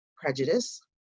prejudice